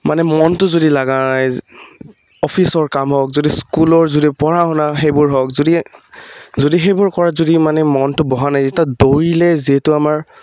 মানে মনটো যদি লগা নাই অফিচৰ কাম হওক যদি স্কুলৰ যদি পঢ়া শুনা সেইবোৰ হওক যদি যদি সেইবোৰ কৰাত যদি মানে মনটো বহা নাই তেতিয়া দৌৰিলে যিহেতু আমাৰ